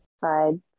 side